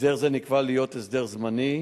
הסדר זה נקבע להיות הסדר זמני,